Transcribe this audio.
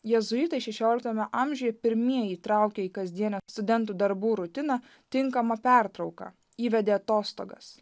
jėzuitai šešioliktame amžiuje pirmieji įtraukė į kasdienę studentų darbų rutiną tinkamą pertrauką įvedė atostogas